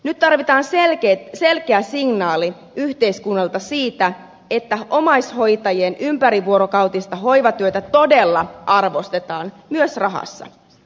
nyt tarvitaan selkeä signaali yhteiskunnalta siitä että omaishoitajien ympärivuorokautista hoivatyötä todella arvostetaan myös rahassa